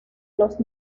los